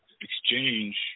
exchange